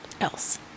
else